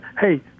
Hey